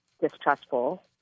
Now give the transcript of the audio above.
distrustful